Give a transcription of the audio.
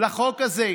לחוק הזה.